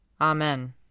Amen